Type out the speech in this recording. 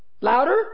Louder